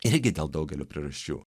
irgi dėl daugelio priežasčių